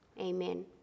Amen